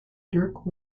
dirk